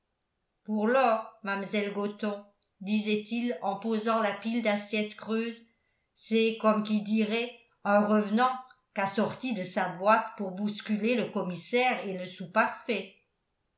pour lors mam'selle gothon disait-il en posant la pile d'assiettes creuses c'est comme qui dirait un revenant qu'a sorti de sa boîte pour bousculer le commissaire et le souparfait